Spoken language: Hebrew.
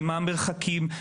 ומה המרחקים,